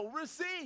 receive